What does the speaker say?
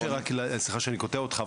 סליחה שאני קוטע אותך,